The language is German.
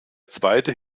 zweite